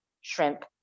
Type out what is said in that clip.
shrimp